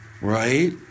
right